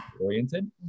oriented